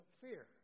fear